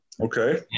Okay